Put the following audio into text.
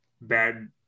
bad